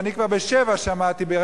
ואני כבר ב-07:00 שמעתי,